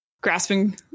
Grasping